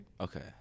Okay